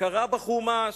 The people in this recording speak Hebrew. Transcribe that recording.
קרא בחומש,